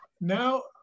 Now